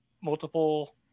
multiple